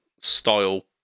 style